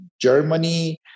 Germany